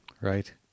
Right